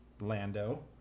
Lando